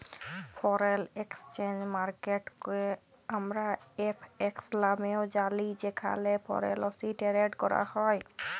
foreign exchange মার্কেটকে আমরা FX লামেও জালি যেখালে ফরেলসি টেরেড ক্যরা হ্যয়